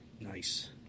Nice